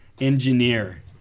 engineer